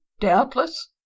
doubtless